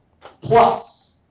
plus